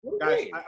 Guys